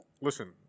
Listen